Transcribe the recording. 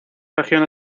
región